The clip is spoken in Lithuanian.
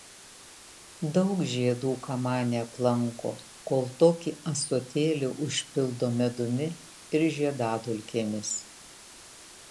daug žiedų kamanė aplanko kol tokį ąsotėlį užpildo medumi ir žiedadulkėmis